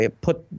put